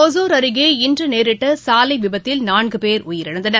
ஒசூர் அருகே இன்றுநேரிட்டசாலைவிபத்தில் நான்குபேர் உயிரிழந்தனர்